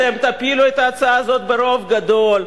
אתם תפילו את ההצעה הזאת ברוב גדול,